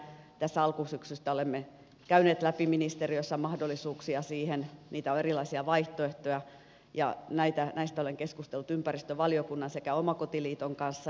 tässä alkusyksystä olemme käyneet läpi ministeriössä mahdollisuuksia siihen niitä on erilaisia vaihtoehtoja ja näistä olen keskustellut ympäristövaliokunnan sekä omakotiliiton kanssa